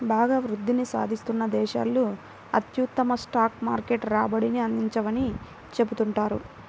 బాగా వృద్ధిని సాధిస్తున్న దేశాలు అత్యుత్తమ స్టాక్ మార్కెట్ రాబడిని అందించవని చెబుతుంటారు